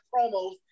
promos